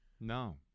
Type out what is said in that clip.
No